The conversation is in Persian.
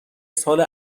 سال